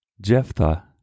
Jephthah